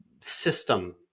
system